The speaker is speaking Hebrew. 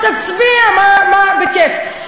תצביע, בכיף.